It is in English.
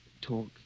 talk